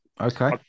Okay